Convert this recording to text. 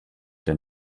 denn